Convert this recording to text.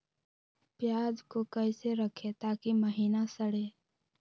प्याज को कैसे रखे ताकि महिना सड़े?